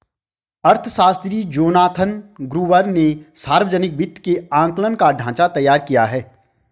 अर्थशास्त्री Jonathan Gruber ने सावर्जनिक वित्त के आंकलन का ढाँचा तैयार किया है